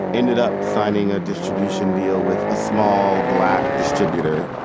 ended up signing a distribution deal with a small, black distributor.